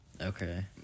Okay